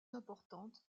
importante